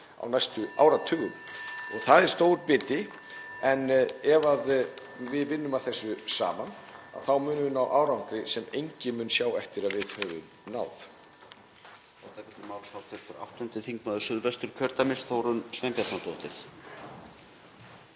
(Forseti hringir.) Það er stór biti, en ef við vinnum að þessu saman þá munum við ná árangri sem enginn mun sjá eftir að við höfum náð.